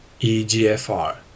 EGFR